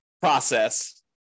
process